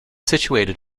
situated